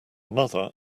mother